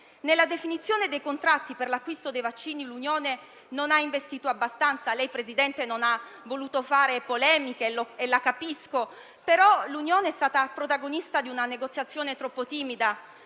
Nella definizione dei contratti per l'acquisto dei vaccini, l'Unione non ha investito abbastanza. Lei, signor Presidente, non ha voluto fare polemiche e la capisco, ma l'Unione è stata protagonista di una negoziazione troppo timida